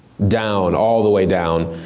down, all the way down.